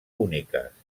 úniques